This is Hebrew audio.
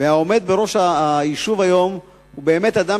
והעומד בראש היישוב היום הוא באמת אדם